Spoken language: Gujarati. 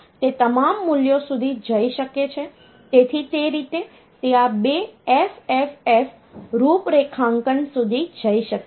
તેથી તે રીતે તે આ 2FFF રૂપરેખાંકન સુધી જઈ શકે છે